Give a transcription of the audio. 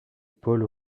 paul